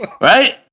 Right